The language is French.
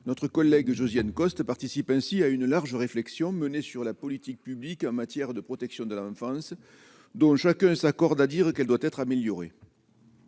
notre collègue Josiane Costes participe ainsi à une large réflexion menée sur la politique publique en matière de protection de l'enfance, dont chacun s'accorde à dire qu'elle doit être améliorée,